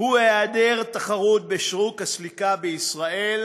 הוא היעדר תחרות בשוק הסליקה בישראל,